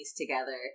together